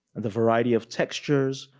the variety of textures,